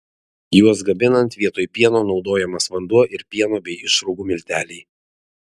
juos gaminant vietoj pieno naudojamas vanduo ir pieno bei išrūgų milteliai